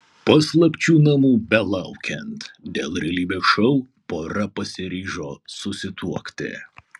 paslapčių namų belaukiant dėl realybės šou pora pasiryžo susituokti